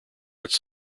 its